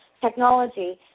technology